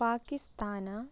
Pakistan